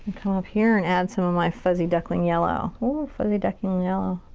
come up here and add some of my fuzzy duckling yellow. ooh, fuzzy duckling yellow.